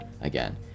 again